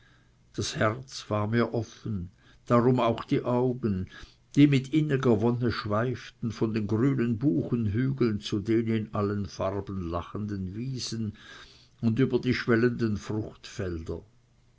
das herz war mir offen darum auch die augen die mit inniger wonne schweiften von den grünen buchenhügeln zu den in allen farben lachenden wiesen und über die schwellenden fruchtfelder